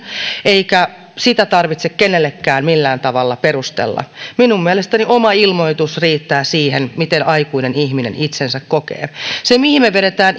eikä sitä tarvitse kenellekään millään tavalla perustella minun mielestäni oma ilmoitus riittää siihen miten aikuinen ihminen itsensä kokee se mihin me vedämme